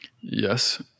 Yes